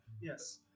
Yes